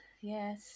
Yes